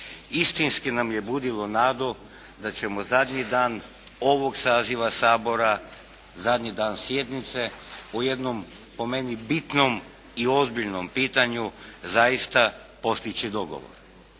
istinski nam je budilo nadu da ćemo zadnji dan ovog saziva Sabora, zadnji dan sjednice u jednom po meni bitnom i ozbiljnom pitanju zaista postići dogovor.